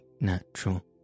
natural